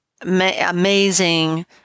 amazing